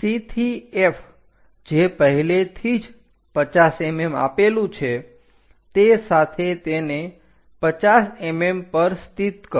C થી F જે પહેલેથી જ 50 mm આપેલું છે તે સાથે તેને 50 mm પર સ્થિત કરો